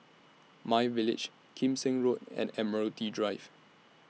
MyVillage Kim Seng Road and Admiralty Drive